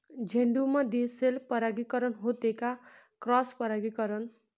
झेंडूमंदी सेल्फ परागीकरन होते का क्रॉस परागीकरन?